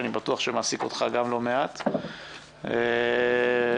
נשמע את מנכ"ל משרד הכלכלה והתעשייה,